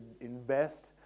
invest